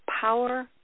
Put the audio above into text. power